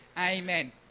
Amen